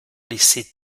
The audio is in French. laissée